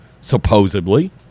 supposedly